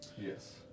Yes